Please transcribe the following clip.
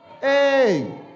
Hey